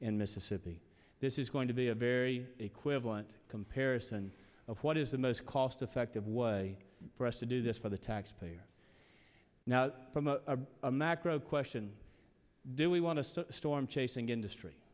in mississippi this is going to be a very equivalent comparison of what is the most cost effective was a for us to do this for the taxpayer now from a macro question do we want to storm chasing industry